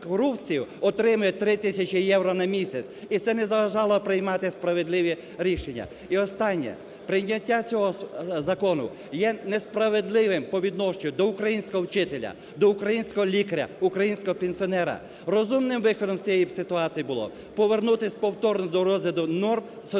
отримує 3 тисячі євро на місяць. І це не заважало приймати справедливі рішення. І останнє. Прийняття цього закону є несправедливим по відношенню до українського вчителя, до українського лікаря, українського пенсіонера. розумним виходом з цієї ситуації було б повернутись повторно до розгляду норм